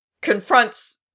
confronts